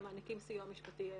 ומעניקים סיוע משפטי בהתאם.